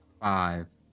Five